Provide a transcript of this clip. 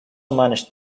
managed